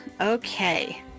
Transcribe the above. Okay